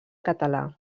català